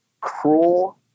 cruel